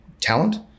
talent